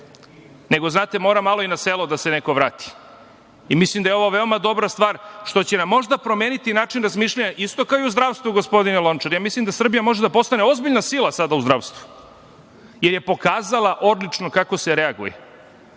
nego neko mora i na selo da se vrati. Mislim da je ovo veoma dobra stvar što će nam, možda, promeniti način razmišljanja, isto kao i u zdravstvu, gospodine Lončar. Mislim da Srbija može da postane ozbiljna sila sada u zdravstvu, jer je pokazala odlično kako se reaguje